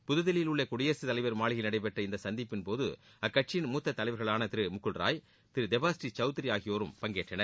புதுதில்லியில் உள்ள குடியரசுத் தலைவர் மாளிகையில் நடைபெற்ற இந்த சந்திப்பின்போது அக்கட்சியின் முத்த தலைவர்களான திரு முகுல்ராய் திரு தெபாபுரீ சௌத்ரி ஆகியோரும் பங்கேற்றனர்